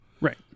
Right